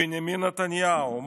בנימין נתניהו.